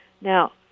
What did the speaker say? Now